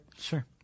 Sure